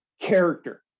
character